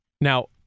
Now